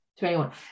21